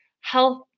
health